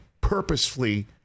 purposefully